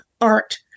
art